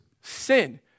Sin